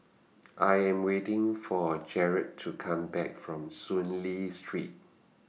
I Am waiting For Jarett to Come Back from Soon Lee Street